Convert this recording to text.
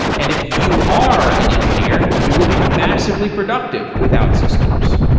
and if you are an engineer, you will be massively productive with outsystems.